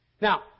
Now